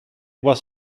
was